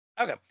Okay